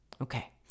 Okay